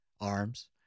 arms